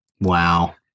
Wow